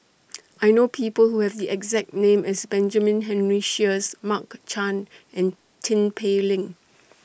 I know People Who Have The exact name as Benjamin Henry Sheares Mark Chan and Tin Pei Ling